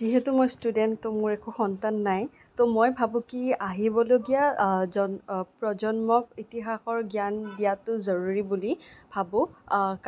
যিহেতু মই ষ্টুডেণ্ট ত' মোৰ একো সন্তান নাই ত' মই ভাবোঁ কি আহিবলগীয়া জন্ম প্ৰজন্মক ইতিহাসৰ জ্ঞান দিয়াতো জৰুৰী বুলি ভাবোঁ